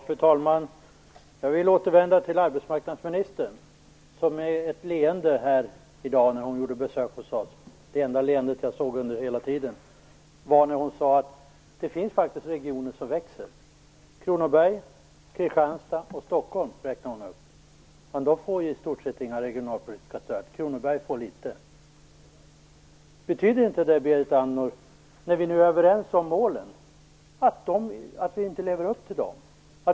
Fru talman! Jag vill återvända till arbetsmarknadsministern, som med ett leende här i dag sade - det enda leende jag såg på hela tiden - att det faktiskt finns regioner som växer. Kronoberg, Kristianstad och Stockholm, räknade hon upp. Men de får ju i stort sett inga regionalpolitiska stöd - Kronoberg får litet. Betyder inte det, Berit Andnor, när vi nu är överens om målen, att vi inte lever upp till dem?